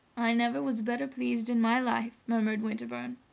i never was better pleased in my life, murmured winterbourne.